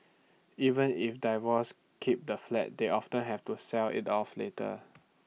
even if divorces keep the flat they often have to sell IT off later